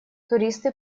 туристы